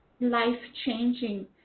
Life-changing